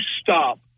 stop